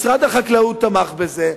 משרד החקלאות תמך בזה,